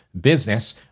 business